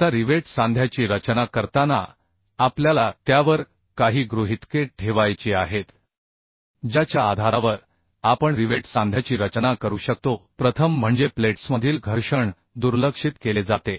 आता रिवेट सांध्याची रचना करताना आपल्याला त्यावर काही गृहितके ठेवायची आहेत ज्याच्या आधारावर आपण रिवेट सांध्याची रचना करू शकतो प्रथम म्हणजे प्लेट्समधील घर्षण दुर्लक्षित केले जाते